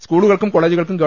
സ്കൂളുകൾക്കും കോളെജുകൾക്കും ഗവി